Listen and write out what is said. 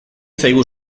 zaigu